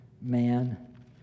man